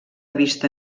vista